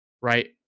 right